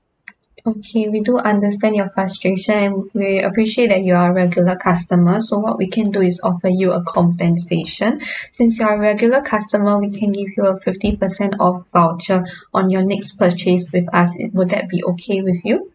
okay we do understand your frustration and we appreciate that you're our regular customer so what we can do is offer you a compensation since you're a regular customer we can give you a fifty percent off voucher on your next purchase with us would that be okay with you